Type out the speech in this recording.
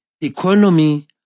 economy